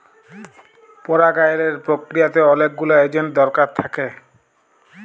পরাগায়লের পক্রিয়াতে অলেক গুলা এজেল্ট দরকার থ্যাকে